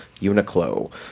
Uniqlo